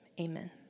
amen